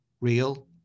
real